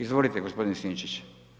Izvolite gospodin Sinčić.